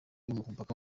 mupaka